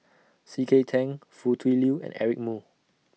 C K Tang Foo Tui Liew and Eric Moo